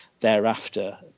thereafter